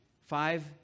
Five